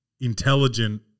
intelligent